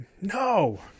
No